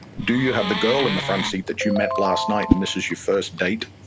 do you have the girl in the front seat that you met last night and this is your first date?